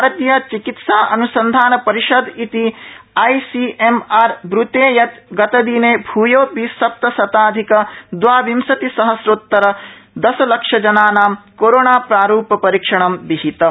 भारतीय चिकित्सा अन्संधान परिषद् इति आईसीएमआर ब्रते यत् गतदिने भूयोपि सप्तशताधिक दवाविंशतिसहस्रोतर दशलक्षजनानां कोरोनाप्रारूपपरीक्षणं विहितम्